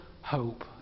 hope